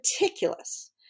meticulous